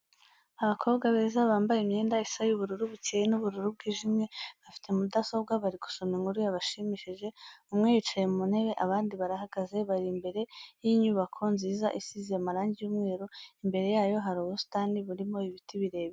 Abakobwa beza bamabye imyenda isa y'ubururu bucyeye n'ubururu bwijimye, bafite mudasobwa bari gusoma inkuru yabashimishije, umwe yicaye mu ntebe abandi barahagaze, bari imbere y'inyubako nziza isize amarangi y'umweru, imbere yayo hari ubusitani burimo ibiti birebire.